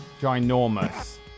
ginormous